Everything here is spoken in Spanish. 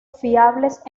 fiables